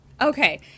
Okay